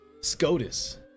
SCOTUS